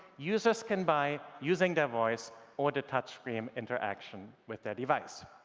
users can buy using their voice or the touch screen interaction with their device.